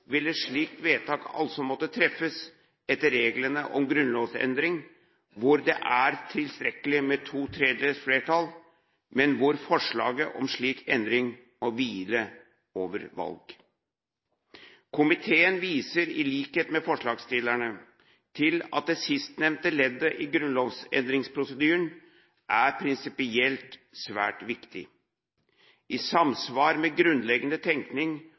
vil et slikt vedtak altså måtte treffes etter reglene om grunnlovsendring, hvor det er tilstrekkelig med to tredjedels flertall, men hvor forslag om slik endring må hvile over valg. Komiteen viser til, i likhet med forslagsstillerne, at det sistnevnte leddet i grunnlovsendringsprosedyren er prinsipielt svært viktig. I samsvar med grunnleggende tenkning